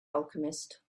alchemist